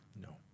No